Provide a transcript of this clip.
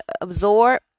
absorb